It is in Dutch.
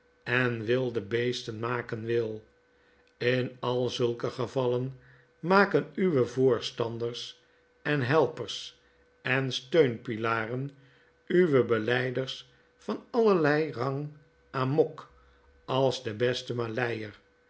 en wilde beesten maken wil in al zulke gevallen maken uwe voorstanders en helpers en steunpilaren uwe belyders van allerlei rang amok als de beste